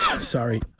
Sorry